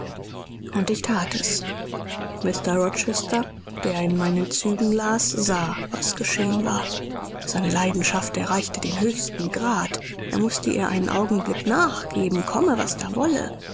und ich that es mr rochester der in meinen zügen las sah was geschehen war seine leidenschaft erreichte den höchsten grad er mußte ihr einen augenblick nachgeben komme was da wolle